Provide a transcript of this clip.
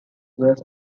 was